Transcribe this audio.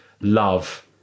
love